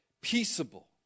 peaceable